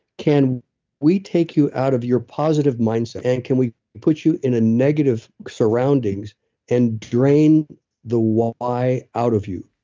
can we take you out of your positive mindset and can we put you in a negative surroundings and drain the why out of you?